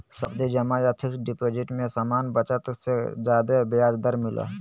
सावधि जमा या फिक्स्ड डिपाजिट में सामान्य बचत खाता से ज्यादे ब्याज दर मिलय हय